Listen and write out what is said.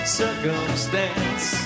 circumstance